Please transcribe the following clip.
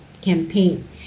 campaign